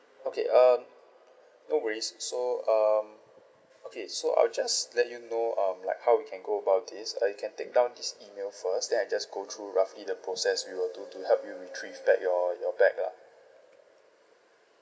okay um no worries so um okay so I'll just let you know um like how we can go about this uh you can take down this email first then I'll just go through roughly the process we will do to help you retrieve back your your bag ah